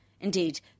Indeed